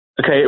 Okay